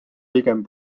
pigem